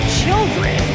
children